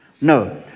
No